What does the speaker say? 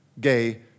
gay